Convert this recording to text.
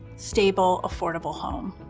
stable, affordable home.